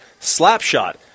Slapshot